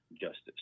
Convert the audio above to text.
justice